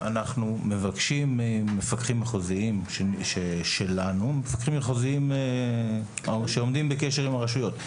אנחנו מבקשים ממפקחים מחוזיים שלנו שעומדים בקשר עם הרשויות.